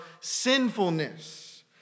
sinfulness